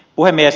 puhemies